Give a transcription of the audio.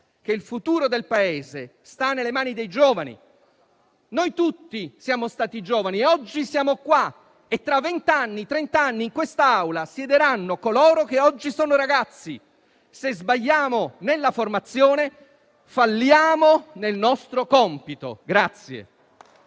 che il futuro del Paese sta nelle mani dei giovani. Noi tutti siamo stati giovani e oggi siamo qua; tra venti, trent'anni in questa Aula siederanno coloro che oggi sono ragazzi. Se sbagliamo nella formazione, falliamo nel nostro compito.